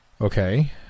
Okay